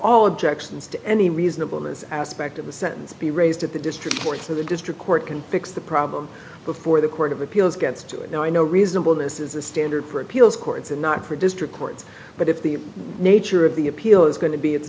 all objections to any reasonable this aspect of the sentence be raised at the district or to the district court can fix the problem before the court of appeals gets to it now i know reasonable this is the standard for appeals courts and not for district courts but if the nature of the appeal is going to be it's